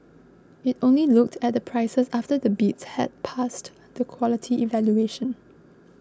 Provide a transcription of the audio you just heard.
it only looked at the prices after the bids had passed the quality evaluation